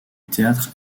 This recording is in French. théâtre